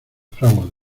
fraguas